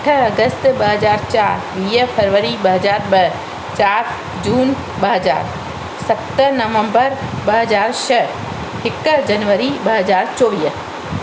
अठ अगस्त ॿ हज़ार चारि वीह फरवरी ॿ हज़ार ॿ चार जून ॿ हज़ार सत नवम्बर ॿ हज़ार छह हिकु जनवरी ॿ हज़ार चौवीह